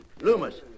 Loomis